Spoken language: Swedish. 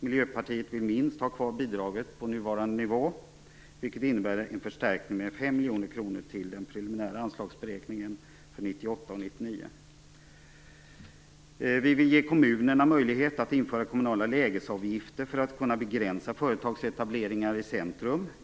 Miljöpartiet vill minst ha kvar bidraget på nuvarande nivå, vilket innebär en förstärkning med 5 miljoner kronor till den preliminära anslagsberäkningen för 1998 och 1999. 2. Vi vill ge kommunerna möjlighet att införa kommunala lägesavgifter för att kunna begränsa företagsetableringar i centrum.